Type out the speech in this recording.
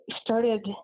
started